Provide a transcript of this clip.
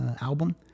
album